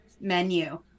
menu